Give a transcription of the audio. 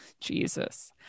Jesus